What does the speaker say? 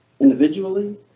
individually